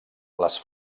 les